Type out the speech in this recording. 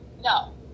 no